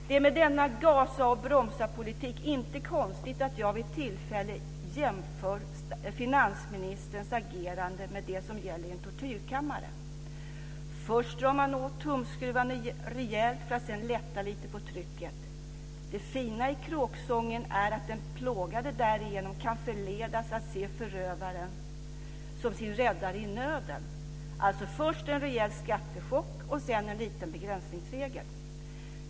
Det är med denna gasa-och-bromsa-politik inte konstigt att jag vid tillfälle jämför finansministerns agerande med vad som gäller i en tortyrkammare: Först drar man åt tumskruvarna rejält, för att sedan lätta lite på trycket. Det fina i kråksången är att den plågade därigenom kan förledas att se förövaren som sin räddare i nöden - alltså först en rejäl skattechock, och sedan en liten begränsningsregel.